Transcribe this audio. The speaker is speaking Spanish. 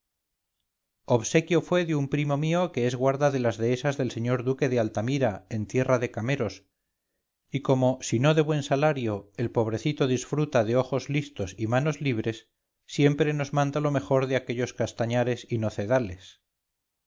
obsequio fue de un primo mío que es guarda de las dehesas del señor duque de altamira en tierra de cameros y como sino de buen salario el pobrecito disfruta de ojos listos y manos libres siempre nos manda lo mejor de aquellos castañares y nocedales